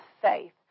faith